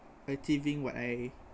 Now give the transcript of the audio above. achieving what I